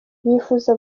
yifuza